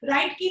Right